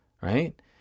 right